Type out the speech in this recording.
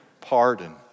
pardon